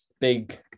big